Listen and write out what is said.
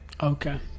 okay